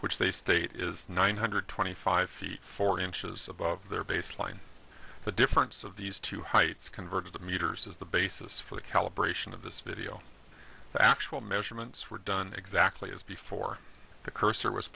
which they state is nine hundred twenty five feet four inches above their baseline the difference of these two heights converted to meters is the basis for the calibration of this video the actual measurements were done exactly as before the cursor was